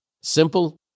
simple